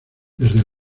desde